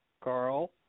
carl